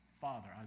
father